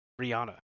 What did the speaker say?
Rihanna